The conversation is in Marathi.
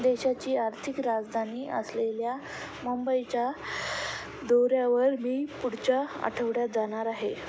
देशाची आर्थिक राजधानी असलेल्या मुंबईच्या दौऱ्यावर मी पुढच्या आठवड्यात जाणार आहे